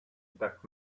that